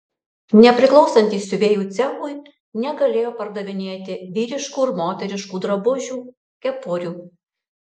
nepriklausantys siuvėjų cechui negalėjo pardavinėti vyriškų ir moteriškų drabužių kepurių